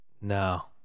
No